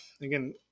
Again